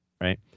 Right